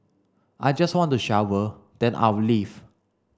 I just want to shower then I'll leave